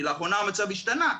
כי לאחרונה המצב השתנה,